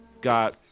got